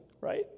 right